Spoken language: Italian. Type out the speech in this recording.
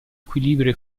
equilibrio